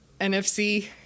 NFC